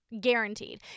Guaranteed